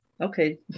Okay